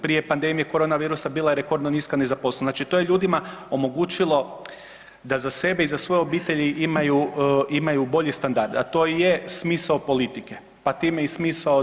Prije pandemije korona virusa bila je rekordno niska nezaposlenost, znači to je ljudima omogućilo da za sebe i svoje obitelji imaju bolji standard a to i je smisao politike pa time i smisao države.